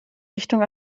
richtung